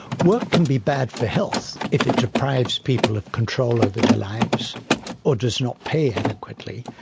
work can be bad for health if it deprives people of control over their lives or does not pay adequately.